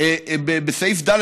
ובסעיף ד',